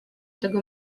tego